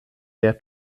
der